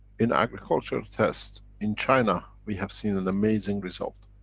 in agricultural test in china, we have seen an amazing result.